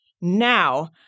now